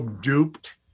duped